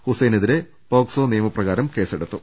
ഹുസൈനെ തിരെ പോക്സോ നിയമപ്രകാരം കേസെടുത്തു